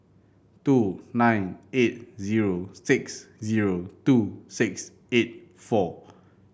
two nine eight zero six zero two six eight four